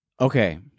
Okay